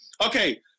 Okay